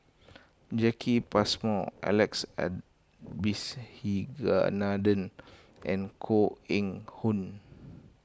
Jacki Passmore Alex Abisheganaden and Koh Eng Hoon